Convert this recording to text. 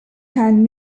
hand